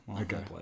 Okay